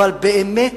אבל באמת,